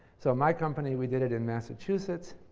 so, my company, we did it in massachusetts.